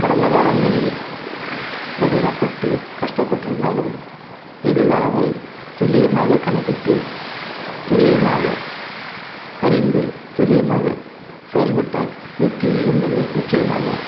கடந்த காலங்களில் கடினப்பட்டு கஷ்டப்பட்டுருந்தாலும் எதிர்காலங்களை துள்ளியமாக கணக்கிட்டு துள்ளியமாக அறிந்து துள்ளியமாக செயல்பட்டால் வெற்றியை என்பது நிச்சியமாக